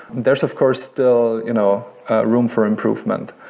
there's of course still you know room for improvement.